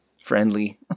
friendly